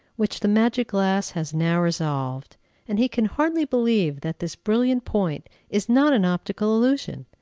which the magic glass has now resolved and he can hardly believe that this brilliant point is not an optical illusion.